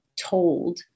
told